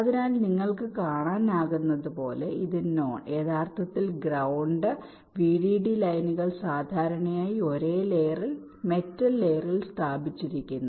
അതിനാൽ നിങ്ങൾക്ക് കാണാനാകുന്നതുപോലെ ഇത് നോൺ യഥാർത്ഥത്തിൽ ഗ്രൌണ്ട് വിഡിഡി ലൈനുകൾ സാധാരണയായി ഒരേ ലയേറിൽ മെറ്റൽ ലയേറിൽ സ്ഥാപിച്ചിരിക്കുന്നു